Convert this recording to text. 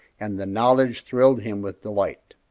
and the knowledge thrilled him with delight.